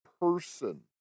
person